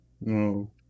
no